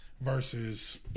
versus